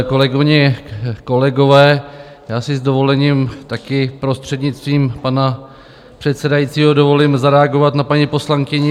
Kolegyně, kolegové, já si s dovolením také prostřednictvím pana předsedajícího dovolím zareagovat na paní poslankyni Richterovou.